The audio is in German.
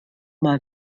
mal